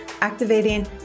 activating